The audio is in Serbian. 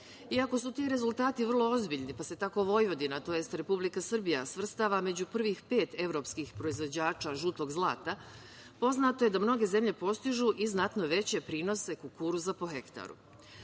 Iako su ti rezultati vrlo ozbiljni, pa se tako Vojvodina, tj. Republike Srbija svrstava među prvih pet evropskih proizvođača žutog zlata, poznato je da mnoge zemlje postižu i znatno veće prinose kukuruza po hektaru. Zbog